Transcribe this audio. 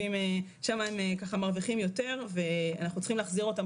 שם הם מרוויחים יותר ואנחנו צריכים להחזיר אותם